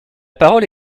parole